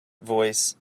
voice